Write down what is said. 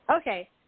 okay